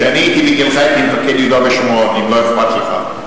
כשאני הייתי בגילך הייתי מפקד יהודה ושומרון אם לא אכפת לך.